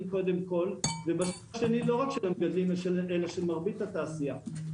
קודם כל ובצד השני לא רק של המגדלים אלא של מרבית התעשייה.